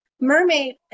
mermaid